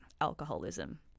alcoholism